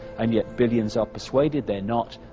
and yet, billions are persuaded they are not,